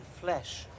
flesh